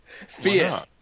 Fear